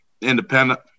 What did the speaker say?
independent